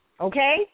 Okay